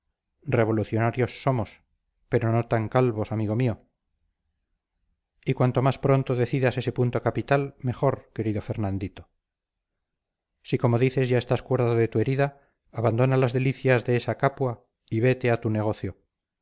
revolucionarios somos pero no tan calvos amigo mío y cuanto más pronto decidas ese punto capital mejor querido fernandito si como dices ya estás curado de tu herida abandona las delicias de esa capua y vete a tu negocio